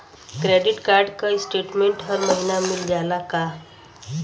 Credit card क statement हर महिना मिल जाला का?